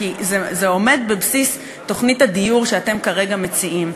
כי זה עומד בבסיס תוכנית הדיור שאתם כרגע מציעים,